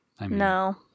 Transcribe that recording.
no